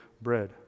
bread